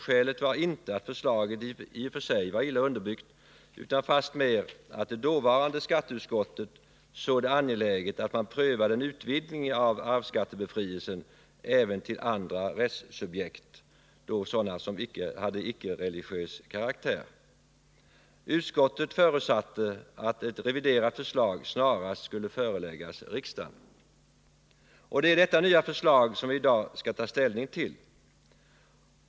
Skälet var inte att förslaget var illa underbyggt utan fastmer att det dåvarande skatteutskottet såg det som angeläget att man prövade en utvidgning av arvsskattebefrielsen även till andra rättssubjekt — sådana som inte hade religiös karaktär. Utskottet förutsatte att ett reviderat förslag snarast skulle föreläggas riksdagen. Det är detta nya förslag som vi i dag skall ta ställning till.